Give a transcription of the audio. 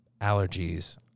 allergies